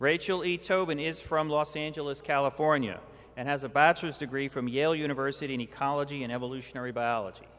rachel ito been is from los angeles california and has a bachelor's degree from yale university in ecology and evolutionary biology